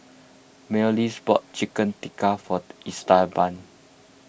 Myles bought Chicken Tikka for Esteban